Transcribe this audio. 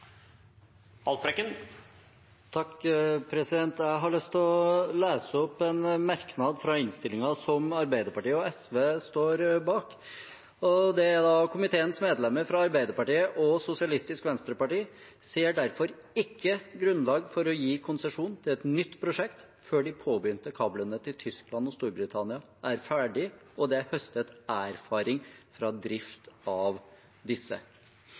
Jeg har lyst til å lese en merknad fra innstillingen som Arbeiderpartiet og SV står bak. Det står: «Komiteens medlemmer fra Arbeiderpartiet og Sosialistisk Venstreparti ser derfor ikke grunnlag for å gi konsesjon til et nytt prosjekt før de påbegynte kablene til Tyskland og Storbritannia er ferdige og det er høstet erfaringer fra drift av disse.»